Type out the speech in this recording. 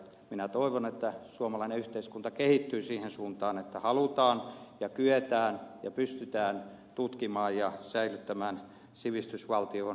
minä toivon että suomalainen yhteiskunta kehittyy siihen suuntaan että halutaan ja kyetään ja pystytään tutkimaan ja säilyttämään sivistysvaltion kehityskulku